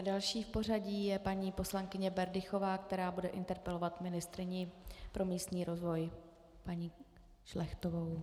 Další v pořadí je paní poslankyně Berdychová, která bude interpelovat paní ministryni pro místní rozvoj Karlu Šlechtovou.